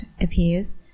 appears